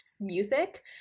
music